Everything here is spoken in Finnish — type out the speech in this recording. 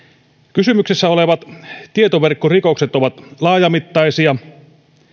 kysymyksessä olevat tietoverkkorikokset ovat laajamittaisia